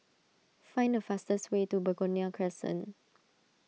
find the fastest way to Begonia Crescent